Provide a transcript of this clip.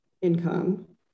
income